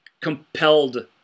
compelled